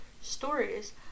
stories